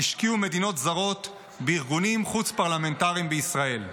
השקיעו מדינות זרות בארגונים חוץ-פרלמנטריים בישראל?